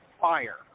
fire